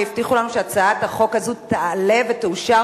והבטיחו לנו שהצעת החוק הזו תעלה ותאושר